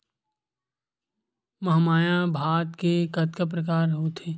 महमाया भात के कतका प्रकार होथे?